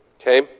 Okay